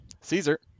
Caesar